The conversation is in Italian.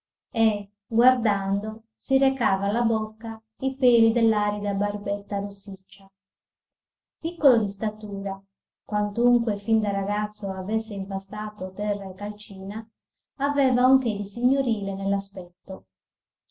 e guardando si recava alla bocca i peli dell'arida barbetta rossiccia piccolo di statura quantunque fin da ragazzo avesse impastato terra e calcina aveva un che di signorile